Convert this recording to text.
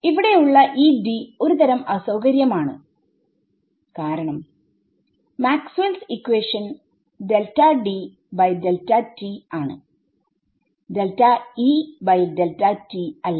ഇവിടെ ഉള്ള ഈ D ഒരു തരം അസൌകര്യം ആണ് കാരണം മാക്സ്വെൽസ് ഇക്വേഷൻ maxwells equation ആണ് അല്ല